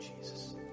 Jesus